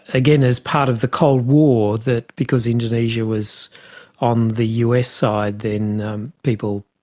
again, as part of the cold war that because indonesia was on the us side then people,